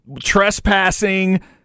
trespassing